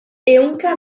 ehunka